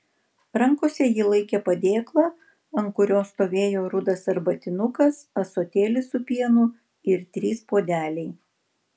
rankose ji laikė padėklą ant kurio stovėjo rudas arbatinukas ąsotėlis su pienu ir trys puodeliai